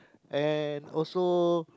and also